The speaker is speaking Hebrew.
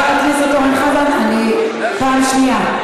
חבר הכנסת אורן חזן, אני, פעם שנייה.